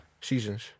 Seasons